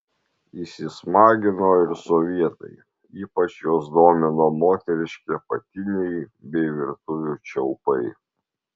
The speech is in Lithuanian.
įsismagino ir sovietai ypač juos domino moteriški apatiniai bei virtuvių čiaupai